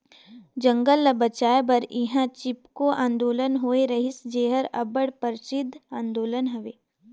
जंगल ल बंचाए बर इहां चिपको आंदोलन होए रहिस जेहर अब्बड़ परसिद्ध आंदोलन हवे